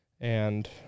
and-